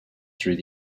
through